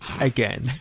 again